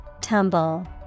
Tumble